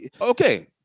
Okay